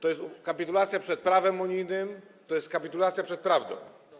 To jest kapitulacja przed prawem unijnym, to jest kapitulacja przed prawdą.